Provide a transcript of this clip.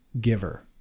giver